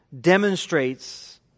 demonstrates